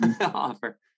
offer